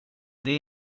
det